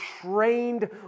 trained